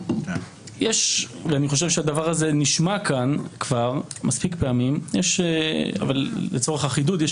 אני חושב שהדבר הזה נשמע כאן מספיק פעמים אבל לצורך החידוד אחזור עליו.